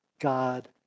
God